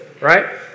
Right